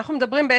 אנחנו מדברים,